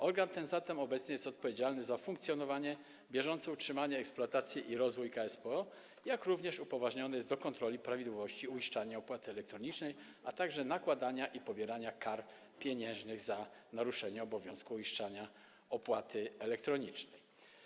Organ ten zatem obecnie jest odpowiedzialny za funkcjonowanie, bieżące utrzymanie, eksploatację i rozwój KSPO, jak również upoważniony jest do kontroli prawidłowości uiszczania opłaty elektronicznej, a także nakładania i pobierania kar pieniężnych za naruszenia obowiązku uiszczania opłaty elektronicznej.